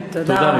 תודה, מיקי.